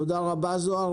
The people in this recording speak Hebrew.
תודה רבה, זהר.